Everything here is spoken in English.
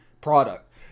product